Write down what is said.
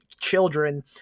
children